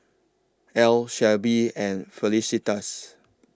Al Shelby and Felicitas